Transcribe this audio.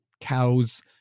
cows